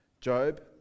Job